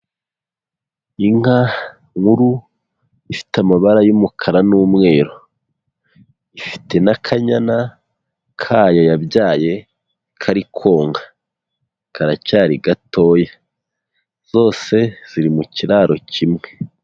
Inka nkuru ifite amabara y'umukara n'umweru. Ifite n'akanyana kayo yabyaye kari konka. Karacyari gatoya. Zose ziri mu kiraro kimwe.